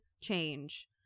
change